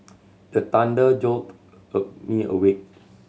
the thunder jolt me awake